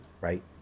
right